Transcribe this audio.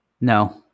No